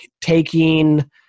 taking